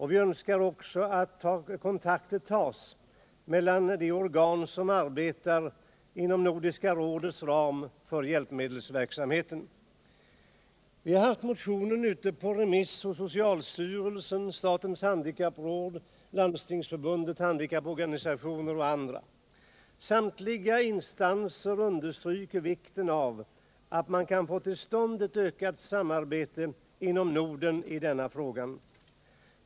Vi önskar också att kontakter tas mellan de organ som inom Nordiska rådets ram arbetar för hjälpmedelsverksamheten. Utskottet har haft motionen ute på remiss hos socialstyrelsen, statens handikappråd, Landstingsförbundet, handikapporganisationer m.fl. Samtliga instanser understryker vikten av att få till stånd ett ökat samarbete inom Norden i denna fråga.